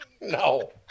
No